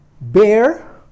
Bear